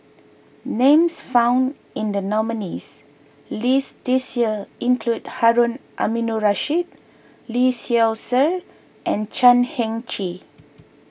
names found in the nominees' list this year include Harun Aminurrashid Lee Seow Ser and Chan Heng Chee